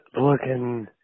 looking